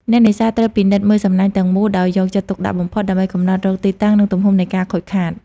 អ្នកនេសាទត្រូវពិនិត្យមើលសំណាញ់ទាំងមូលដោយយកចិត្តទុកដាក់បំផុត ដើម្បីកំណត់រកទីតាំងនិងទំហំនៃការខូចខាត។